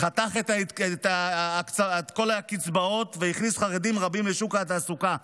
חתך את כל הקצבאות והכניס חרדים רבים לשוק התעסוקה.